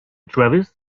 travis